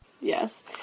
Yes